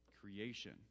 creation